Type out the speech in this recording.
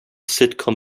sitcom